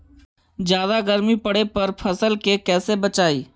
जादा गर्मी पड़े पर फसल के कैसे बचाई?